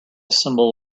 symbol